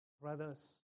Brothers